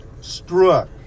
Struck